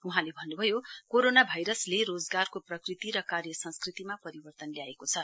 वहाँले भन्नुभयो कोरोना भाइरसले रोजगारको प्रकृति र कार्य संस्कृतिमा परिवर्तन ल्याएको छ